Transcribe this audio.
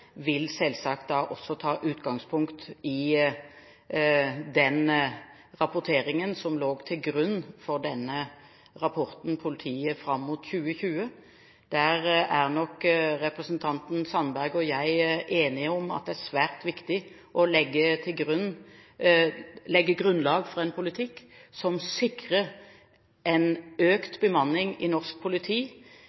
vil bli oppdatert fra Politidirektoratets side, vil selvsagt også ta utgangspunkt i den rapporteringen som lå til grunn for rapporten Politiet mot 2020. Der er nok representanten Sandberg og jeg enige om at det er viktig å legge grunnlaget for en politikk som sikrer en